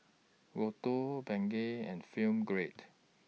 Lotto Bengay and Film Grade